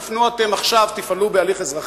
תפנו עכשיו ותפעלו בהליך אזרחי,